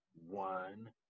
one